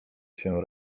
się